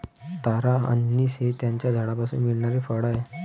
तारा अंनिस हे त्याच्या झाडापासून मिळणारे फळ आहे